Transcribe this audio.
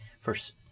first